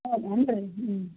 ಹೌದೇನ್ರಿ ಹ್ಞೂ